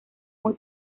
muy